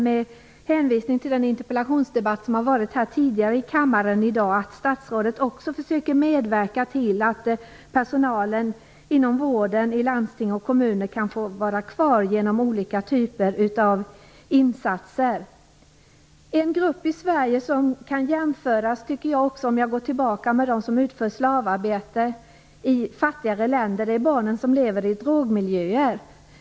Med hänvisning till den interpellationsdebatt som har varit här tidigare i kammaren i dag vädjar jag till statsrådet att hon också försöker medverka till att personalen inom vården, i landsting och i kommuner kan få vara kvar genom olika typer av insatser. En grupp i Sverige som kan jämföras med dem som utför slavarbete i fattigare länder är barnen som lever i drogmiljöer.